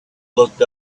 looked